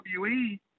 WWE